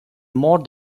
more